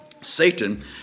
Satan